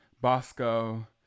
Bosco